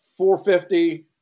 450